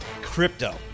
Crypto